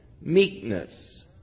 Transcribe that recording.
meekness